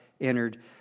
entered